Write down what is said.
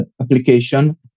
application